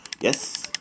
Yes